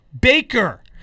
Baker